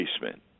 basement